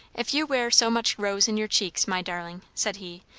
if you wear so much rose in your cheeks, my darling, said he,